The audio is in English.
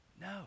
No